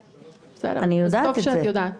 טוב שאת יודעת.